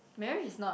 marriage is not